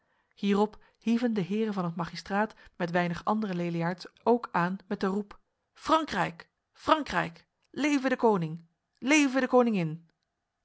hierop hieven de heren van het magistraat met weinig andere leliaards ook aan met de roep frankrijk frankrijk leve de koning leve de koningin